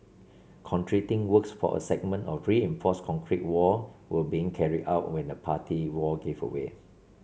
concreting works for a segment of reinforced concrete wall were being carried out when the party wall gave way